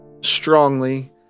strongly